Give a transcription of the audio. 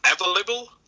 available